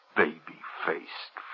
baby-faced